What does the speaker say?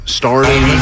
starting